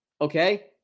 Okay